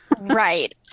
right